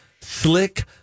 slick